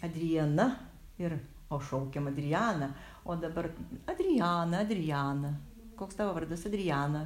adriana ir o šaukiam adriana o dabar adriana adriana koks tavo vardas adriana